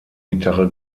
gitarre